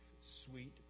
sweet